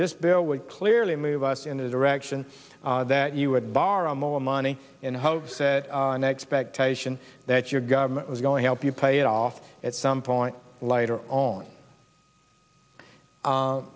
this bill would clearly move us in a direction that you would borrow more money in hopes that an expectation that your government was going help you pay it off at some point later on